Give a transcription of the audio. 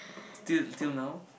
still still now